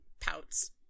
pouts